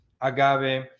agave